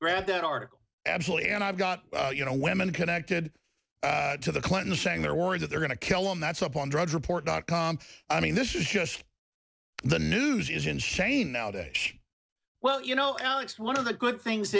read that article absolutely and i've got you know women connected to the clintons saying they're worried that they're going to kill him that's up on drudge report dot com i mean this is just the news is insane now day well you know alex one of the good things